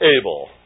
able